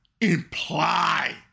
imply